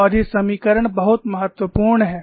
और ये समीकरण बहुत महत्वपूर्ण हैं